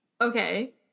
Okay